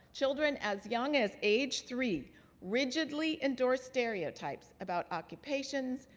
children as young as age three rigidly endorse stereotypes about occupations,